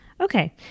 Okay